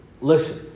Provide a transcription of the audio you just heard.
Listen